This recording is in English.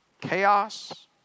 chaos